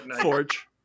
Forge